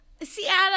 Seattle